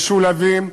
משולבים,